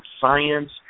science